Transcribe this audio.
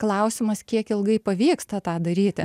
klausimas kiek ilgai pavyksta tą daryti